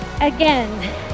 again